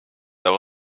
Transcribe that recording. that